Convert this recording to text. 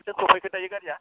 बबेसिम सफैखो दायो गारिया